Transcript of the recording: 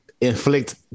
inflict